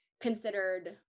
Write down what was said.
considered